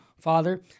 Father